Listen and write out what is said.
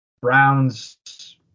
Browns